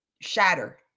shatter